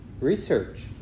research